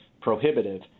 prohibitive